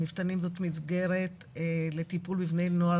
המפתנים זאת מסגרת לטיפול בבני נוער